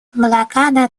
блокада